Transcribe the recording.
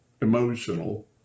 emotional